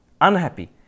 unhappy